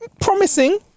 Promising